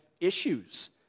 issues